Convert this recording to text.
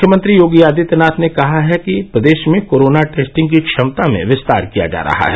मुख्यमंत्री योगी आदित्यनाथ ने कहा है कि प्रदेश में कोरोना टेस्टिंग की क्षमता में विस्तार किया जा रहा है